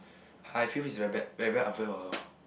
I feel it's very bad very very unfair for her